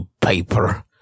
paper